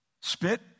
Spit